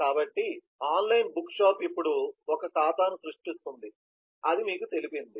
కాబట్టి online book shop ఇప్పుడు ఒక ఖాతాను సృష్టిస్తోందని ఇది తెలిపింది